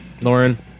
Lauren